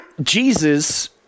Jesus